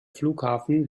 flughafen